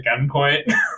gunpoint